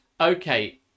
Okay